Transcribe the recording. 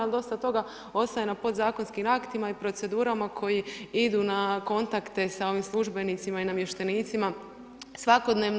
Ali dosta toga ostaje na podzakonskim aktima i procedurama koji idu na kontakte sa ovim službenicima i namještenicima svakodnevno.